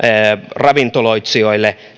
ravintoloitsijoille